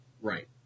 Right